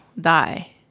die